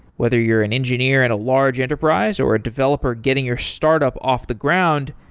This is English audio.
whether you're an engineer at a large enterprise, or a developer getting your startup off the ground,